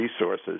resources